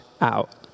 out